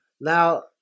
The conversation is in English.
Now